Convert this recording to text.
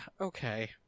okay